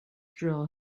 drill